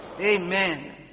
Amen